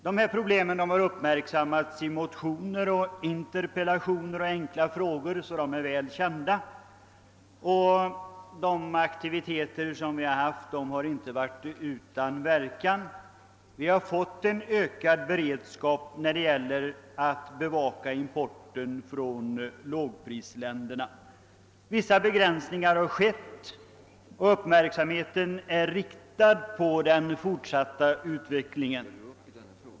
Dessa problem har uppmärksammals i motioner, interpellationer och enkla frågor, och de är därför väl kända. De aktiviteter vi haft har inte varit utan verkan. Vi har fått en ökad beredskap när det gäller att bevaka importen från lågprisländerna. Vissa begränsningar har skett, och uppmärksamheten är riktad på den fortsatta utvecklingen.